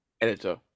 editor